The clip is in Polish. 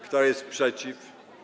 Kto jest przeciw?